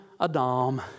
Adam